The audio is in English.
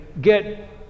get